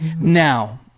Now